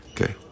Okay